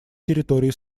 территории